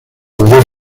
mayor